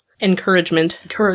encouragement